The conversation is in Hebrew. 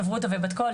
חברותא ובת קול,